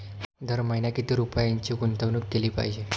दर महिना किती रुपयांची गुंतवणूक केली पाहिजे?